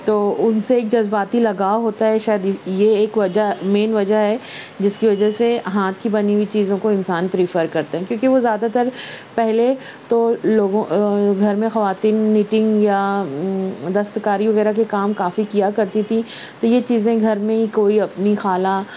تو ان سے ایک جذباتی لگاؤ ہوتا ہے شاید یہ ایک وجہ مین وجہ ہے جس کی وجہ سے ہاتھ کی بنی ہوئی چیزوں کو انسان پریفر کرتا ہے کیونکہ وہ زیادہ تر پہلے تو لوگوں گھر میں خواتین نیٹنگ یا دستکاری وغیرہ کے کام کافی کیا کرتی تھیں تو یہ چیزیں گھر میں کوئی اپنی خالہ